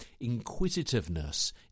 inquisitiveness